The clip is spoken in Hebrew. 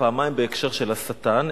פעמיים בהקשר של השטן,